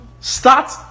start